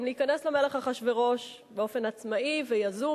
להיכנס למלך אחשוורוש באופן עצמאי ויזום.